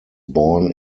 born